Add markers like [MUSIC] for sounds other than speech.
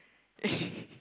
[LAUGHS]